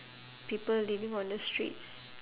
people living on the streets